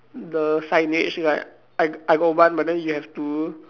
the signage right I I got one but then you have two